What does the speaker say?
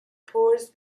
pores